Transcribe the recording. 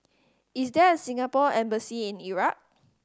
is there a Singapore Embassy in Iraq